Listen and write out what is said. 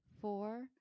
four